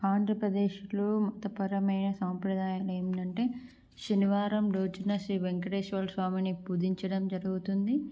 ఆంధ్రప్రదేశ్లో మతపరమైన సాంప్రదాయాలు ఏంటంటే శనివారం రోజున శ్రీ వేంకటేశ్వర స్వామిని పూజించడం జరుగుతుంది